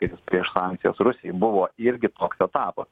kad jis prieš sankcijas rusijai buvo irgi toks etapas